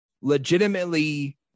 legitimately